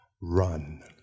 Run